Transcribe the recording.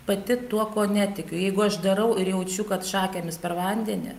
pati tuo kuo netikiu jeigu aš darau ir jaučiu kad šakėmis per vandenį